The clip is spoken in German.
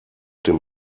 dem